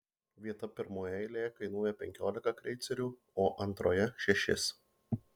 vieta pirmoje eilėje kainuoja penkiolika kreicerių o antroje šešis